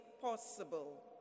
possible